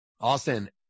Austin